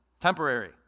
temporary